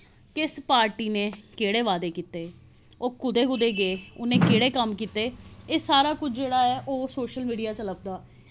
किस पार्टी ने केह्ड़े वादे कीते ओह् कु'दै कु'दै गे उ'नें केह्ड़े कम्म कीते एह् सारा कुछ जेह्ड़ा ऐ ओह् सोशल मीडिया च लभदा